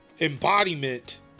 embodiment